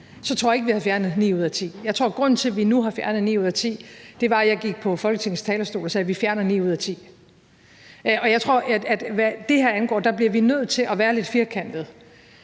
tror jeg ikke, vi havde fjernet ni ud af ti. Jeg tror, at grunden til, at vi nu har fjernet ni ud af ti, er, at jeg gik på Folketingets talerstol og sagde: Vi fjerner ni ud af ti. Jeg tror, at hvad det her angår, bliver vi nødt til at være lidt firkantede.